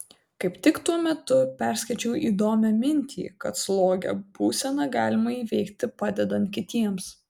kaip tik tuo metu perskaičiau įdomią mintį kad slogią būseną galima įveikti padedant kitiems